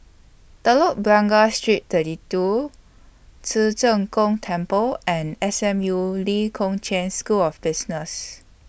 Telok Blangah Street thirty two Ci Zheng Gong Temple and S M U Lee Kong Chian School of Business